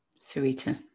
Sarita